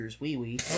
wee-wee